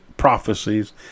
prophecies